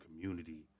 community